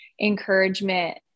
encouragement